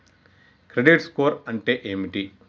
Credit score అంటే ఏమిటి?